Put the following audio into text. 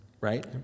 right